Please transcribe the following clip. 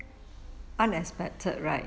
unexpected right